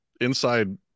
inside